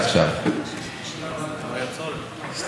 היית לפני שנה,